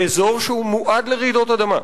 באזור שהוא מועד לרעידות אדמה.